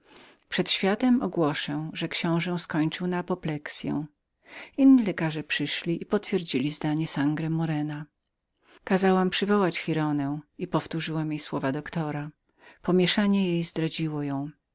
przed światem ogłoszę że książe skończył na uderzenie krwi inni lekarze przyszli i potwierdzili zdanie sangra morena kazałam przywołać giraldę i powtórzyłam jej słowa doktora pomieszanie jej zdradziło ją